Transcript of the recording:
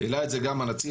העלה את זה גם הנציב.